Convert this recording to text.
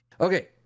Okay